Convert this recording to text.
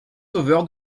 sauveur